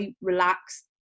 relaxed